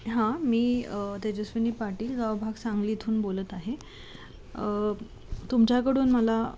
हां मी तेजस्विनी पाटील गाव भाग सांगली इथून बोलत आहे तुमच्याकडून मला